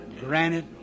granted